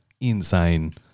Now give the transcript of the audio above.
insane